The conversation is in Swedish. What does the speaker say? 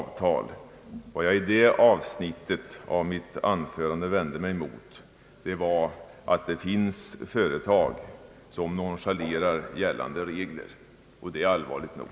Vad jag i det avsnittet av mitt anförande vände mig mot var att det finns företag som nonchalerar gällande regier, och det är allvarligt nog.